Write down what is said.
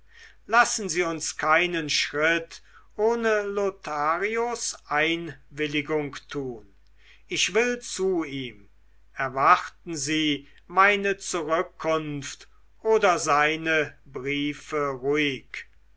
lassen sie uns keinen schritt ohne lotharios einwilligung tun ich will zu ihm erwarten sie meine zurückkunft oder seine briefe ruhig